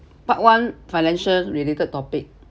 part one financial related topic